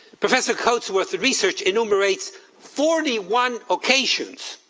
professor coatsworth's research enumerates forty one occasions